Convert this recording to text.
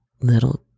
little